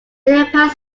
power